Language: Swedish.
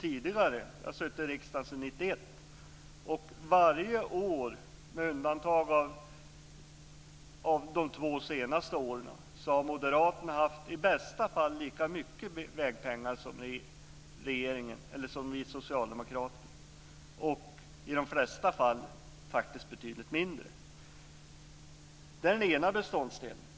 Jag har suttit i riksdagen sedan 1991, och varje år med undantag av de två senaste har moderaterna i bästa fall anvisat lika mycket vägpengar som vi socialdemokrater och i de flesta fall faktiskt betydligt mindre. Det är den ena beståndsdelen.